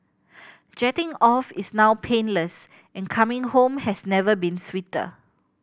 jetting off is now painless and coming home has never been sweeter